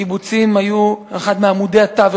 הקיבוצים היו אחד מעמודי התווך,